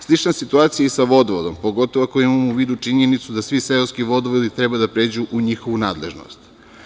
Slična je situacija i sa vodovodom, pogotovo ako imamo u vidu činjenicu da svi seoski vodovodi treba da pređu u njihovu nadležnost.